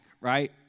right